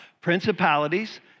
principalities